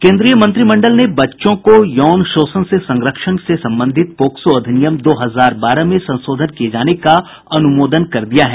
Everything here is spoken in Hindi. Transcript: केन्द्रीय मंत्रिमंडल ने बच्चों को यौन शोषण से संरक्षण से संबंधित पोक्सो अधिनियम दो हजार बारह में संशोधन किए जाने का अनुमोदन कर दिया है